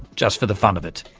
just for the fun of it.